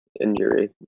injury